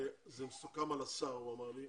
זה מסוכם על השר הוא אמר לי.